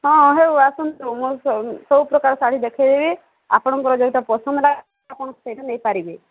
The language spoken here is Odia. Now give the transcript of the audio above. ହଁ ହେଉ ଆସନ୍ତୁ ମୁଁ ସବୁ ପ୍ରକାର ଶାଢ଼ୀ ଦେଖାଇଦେବି ଆପଣଙ୍କର ଯେଉଁଟା ପସନ୍ଦ ଆପଣ ସେଇଟା ନେଇପାରିବେ